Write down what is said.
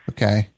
Okay